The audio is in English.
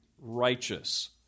righteous